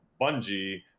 Bungie